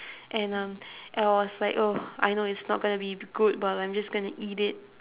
and um I was like oh I know it's not gonna be good but like I'm just gonna eat it